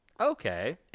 Okay